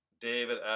david